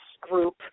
Group